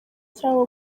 cyabo